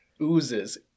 Oozes